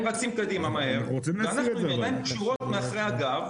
הם רצים קדימה מהר ואנחנו עם הידיים קשורות מאחרי הגב,